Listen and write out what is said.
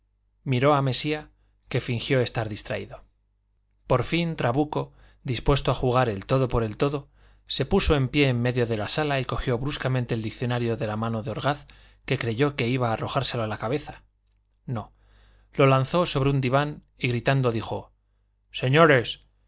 miró a mesía que fingió estar distraído por fin trabuco dispuesto a jugar el todo por el todo se puso en pie en medio de la sala y cogió bruscamente el diccionario de manos de orgaz que creyó que iba a arrojárselo a la cabeza no lo lanzó sobre un diván y gritando dijo señores